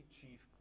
chief